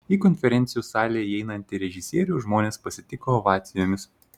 į konferencijų salę įeinantį režisierių žmonės pasitiko ovacijomis